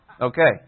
okay